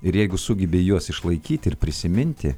ir jeigu sugebi juos išlaikyti ir prisiminti